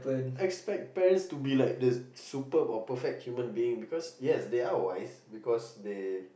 expect parents to be like the superb or perfect human being because yes they are wise because they